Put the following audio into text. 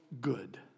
Good